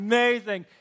Amazing